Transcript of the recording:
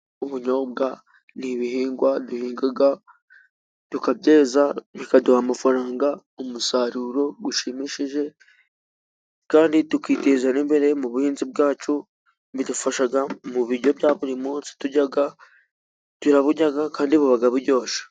Ubunyobwa ni Ibihingwa duhinga. Tukabyeza bikaduha amafaranga ,umusaruro ushimishije. Kandi tukiteza imbere mu buhinzi bwacu. Bidufasha mu biryo bya buri munsi turya. Turaburya kandi buba buryoshye.